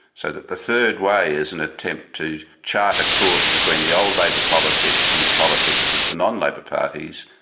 so that the third way is an attempt to chart a course between the old labour politics and the politics of the non-labour parties,